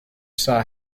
saw